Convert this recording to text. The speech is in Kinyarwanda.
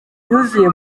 yuzuye